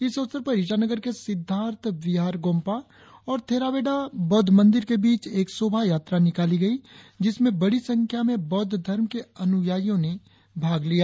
इस अवसर पर ईटानगर के सिद्धार्थ बिहार गोंपा और थेरावेदा बौद्ध मंदिर के बीच एक शौभायात्रा निकाली गई जिसमें बड़ी संख्या में बौद्ध धर्म के अनुयायियों ने भाग लिया